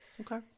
Okay